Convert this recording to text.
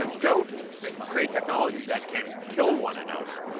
ah don't create technology that can kill one another.